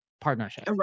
partnership